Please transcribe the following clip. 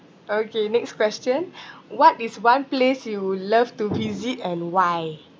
okay next question what is one place you would love to visit and why